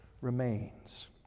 remains